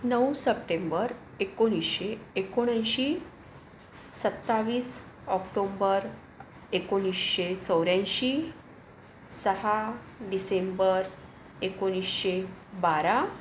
नऊ सप्टेंबर एकोणीसशे एकोणऐंशी सत्तावीस ऑक्टोंबर एकोणीसशे चौऱ्याऐंशी सहा डिसेंबर एकोणीसशे बारा